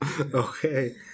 Okay